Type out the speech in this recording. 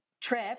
trip